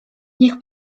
niech